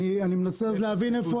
זה